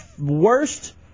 worst